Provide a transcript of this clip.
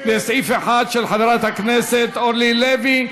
לסעיף 1 של חברת הכנסת אורלי לוי.